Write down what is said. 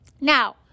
Now